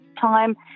time